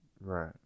Right